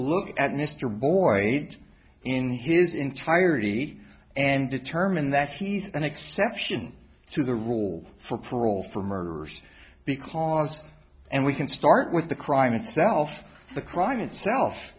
look at mr boyd in his entirety and determine that he's an exception to the rule for parole for murderers because and we can start with the crime itself the crime itself